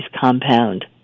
compound